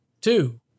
two